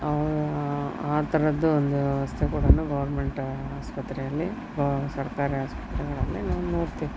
ಅವು ಆ ಥರದ್ದು ಒಂದು ವ್ಯವಸ್ಥೆ ಕೂಡ ಗೌರ್ಮೆಂಟ್ ಆಸ್ಪತ್ರೆಯಲ್ಲಿ ಗೌ ಸರ್ಕಾರಿ ಆಸ್ಪತ್ರೆಗಳಲ್ಲಿ ನಾವು ನೋಡ್ತೇವೆ